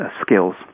skills